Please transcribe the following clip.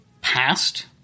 past